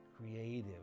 creative